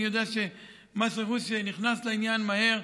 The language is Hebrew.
אני יודע שמס רכוש נכנס לעניין מהר,